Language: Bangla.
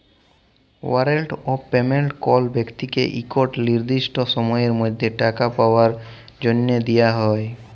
ওয়ারেল্ট অফ পেমেল্ট কল ব্যক্তিকে ইকট লিরদিসট সময়ের মধ্যে টাকা পাউয়ার জ্যনহে দিয়া হ্যয়